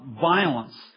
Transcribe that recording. violence